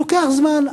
לוקח זמן.